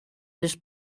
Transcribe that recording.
this